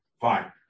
Fine